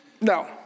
no